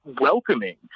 welcoming